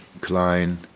Klein